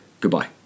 goodbye